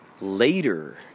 later